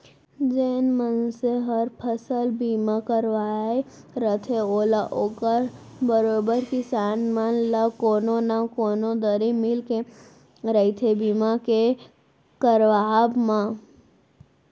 जेन मनसे हर फसल बीमा करवाय रथे ओला ओकर बरोबर किसान मन ल कोनो न कोनो दरी मिलके रहिथे बीमा के करवाब म